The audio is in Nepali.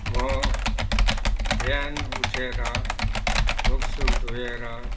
म बिहान उठेर मुखसुख धोएर